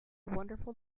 wonderful